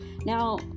Now